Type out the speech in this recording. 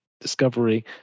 discovery